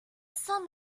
some